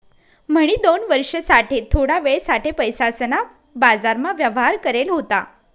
म्हणी दोन वर्ष साठे थोडा वेळ साठे पैसासना बाजारमा व्यवहार करेल होता